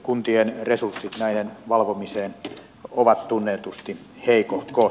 kuntien resurssit näiden valvomiseen ovat tunnetusti heikohkot